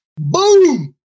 Boom